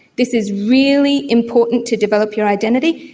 this is really important to develop your identity,